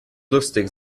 lustig